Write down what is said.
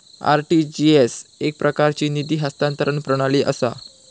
RTGS एकप्रकारची निधी हस्तांतरण प्रणाली असा